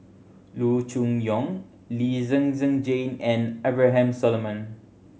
Loo Choon Yong Lee Zhen Zhen Jane and Abraham Solomon